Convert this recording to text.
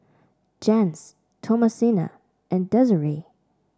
Jens Thomasina and Desiree